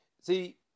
See